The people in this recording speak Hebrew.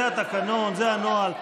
זה התקנון, זה הנוהל.